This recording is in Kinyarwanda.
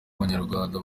abanyarwanda